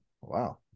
Wow